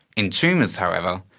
in tumours however,